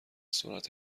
سرعت